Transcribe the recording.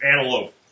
antelope